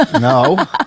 No